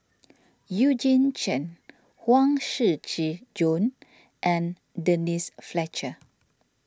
Eugene Chen Huang Shiqi Joan and Denise Fletcher